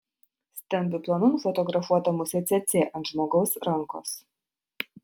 stambiu planu nufotografuota musė cėcė ant žmogaus rankos